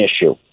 issue